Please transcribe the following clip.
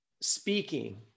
Speaking